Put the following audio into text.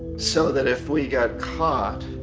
so that if we got caught,